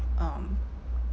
um